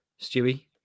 Stewie